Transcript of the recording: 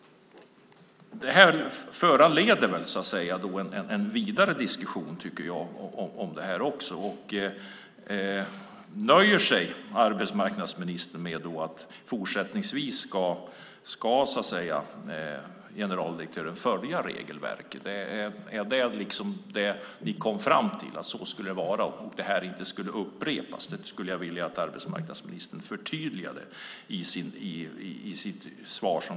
Det här föranleder en vidare diskussion. Nöjer sig arbetsmarknadsministern med att generaldirektören fortsättningsvis ska följa regelverket? Är det vad ni kom fram till? Jag vill att arbetsmarknadsministern förtydligar det i sitt svar.